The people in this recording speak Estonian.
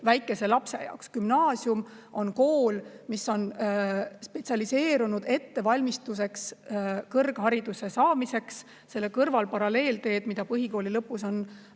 väikese lapse jaoks. Gümnaasium on kool, mis on spetsialiseerunud ettevalmistusele kõrghariduse saamiseks. Selle kõrval on paralleelteed, mida põhikooli lõpus on